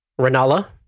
Renala